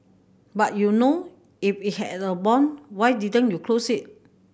but you know if it had a bomb why didn't you close it